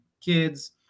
kids